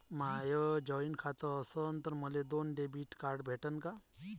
माय joint खातं असन तर मले दोन डेबिट कार्ड भेटन का?